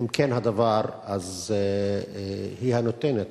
אם כן הדבר, אז היא הנותנת.